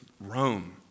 Rome